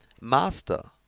master